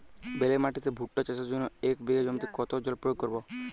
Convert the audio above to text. বেলে মাটিতে ভুট্টা চাষের জন্য এক বিঘা জমিতে কতো জল প্রয়োগ করব?